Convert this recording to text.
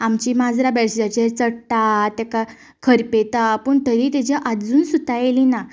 आमची माजरां बेडशीटाचेर चडटा तेका खरपिता पूण तरी तिचे आजून सुतां येलीं नात